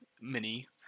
mini